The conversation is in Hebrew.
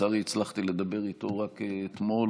לצערי הצלחתי לדבר איתו רק אתמול.